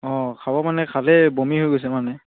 অঁ খাব মানে খালেই বমি হৈ গৈছে মানে